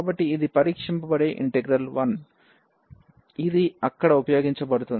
కాబట్టి ఇది పరీక్షింపబడే ఇంటిగ్రల్ I ఇది అక్కడ ఉపయోగించబడుతుంది